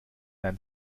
ein